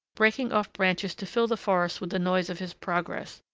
breaking off branches to fill the forest with the noise of his progress,